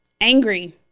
angry